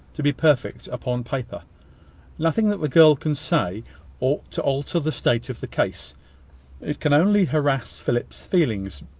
to be perfect, upon paper nothing that the girl can say ought to alter the state of the case it can only harass philip's feelings,